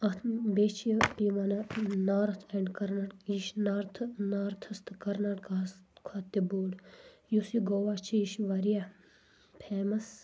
اتھ بیٚیہِ چھِ یہِ وَنان نارٕتھ اینٛڈ کَرناٹ یہِ چھِ نارٕتھٕ نارتھَس تہٕ کَرناٹکاہَس تہِ بوٚڑ یُس یہِ گوٚوا چھِ یہِ چھ واریاہ پھیمَس